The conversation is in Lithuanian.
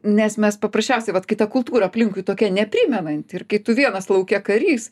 nes mes paprasčiausiai vat kai ta kultūra aplinkui tokia neprimenanti ir kai tu vienas lauke karys